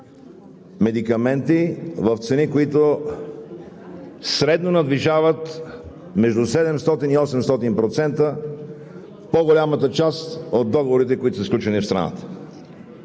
медикаменти в цени, които средно надвишават между 700 и 800% по-голямата част от договорите, които са сключени в страната.